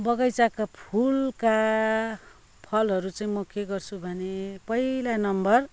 बगैँचाका फुलका फलहरू चाहिँ म के गर्छु भने पहिला नम्बर